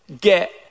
get